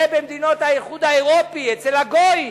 זה במדינות האיחוד האירופי, אצל הגויים.